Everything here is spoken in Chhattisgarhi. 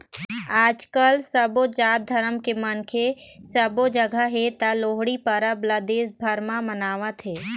आजकाल सबो जात धरम के मनखे सबो जघा हे त लोहड़ी परब ल देश भर म मनावत हे